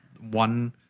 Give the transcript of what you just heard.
one